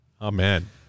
Amen